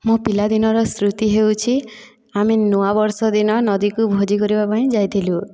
ମୋ' ପିଲାଦିନର ସ୍ମୃତି ହେଉଛି ଆମେ ନୂଆବର୍ଷ ଦିନ ନଦୀକୁ ଭୋଜି କରିବା ପାଇଁ ଯାଇଥିଲୁ